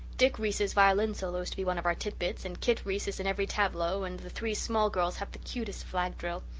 dick reese's violin solo is to be one of our titbits and kit reese is in every tableau and the three small girls have the cutest flag-drill.